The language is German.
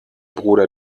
bruder